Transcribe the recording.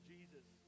Jesus